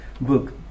book